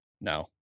No